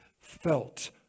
felt